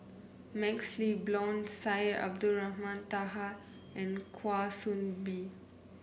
MaxLe Blond Syed Abdulrahman Taha and Kwa Soon Bee